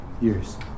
years